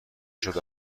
شده